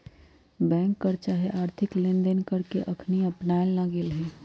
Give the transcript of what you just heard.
bank कर चाहे आर्थिक लेनदेन कर के अखनी अपनायल न गेल हइ